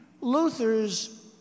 Luthers